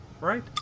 right